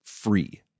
free